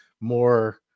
more